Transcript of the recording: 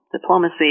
diplomacy